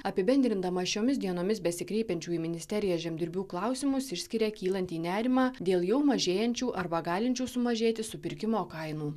apibendrindama šiomis dienomis besikreipiančių į ministeriją žemdirbių klausimus išskiria kylantį nerimą dėl jau mažėjančių arba galinčių sumažėti supirkimo kainų